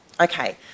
Okay